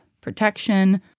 protection